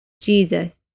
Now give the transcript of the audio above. Jesus